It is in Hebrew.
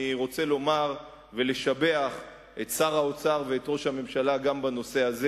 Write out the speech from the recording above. אני רוצה לשבח את שר האוצר ואת ראש הממשלה גם בנושא הזה.